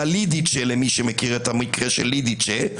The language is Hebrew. על הלידיצ'ה למי שמכיר את המקרה של לידיצ'ה.